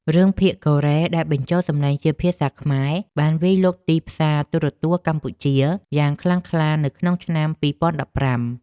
រឿងភាគកូរ៉េដែលបញ្ចូលសំឡេងជាភាសាខ្មែរបានវាយលុកទីផ្សារទូរទស្សន៍កម្ពុជាយ៉ាងខ្លាំងក្លានៅក្នុងឆ្នាំ ២០១៥។